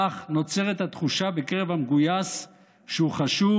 כך נוצרת התחושה בקרב המגויס שהוא חשוב